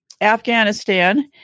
Afghanistan